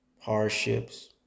hardships